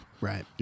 Right